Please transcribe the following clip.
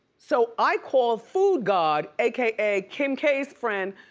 so i call foodgod, aka kim k's friend,